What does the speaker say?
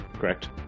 correct